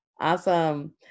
Awesome